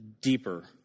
deeper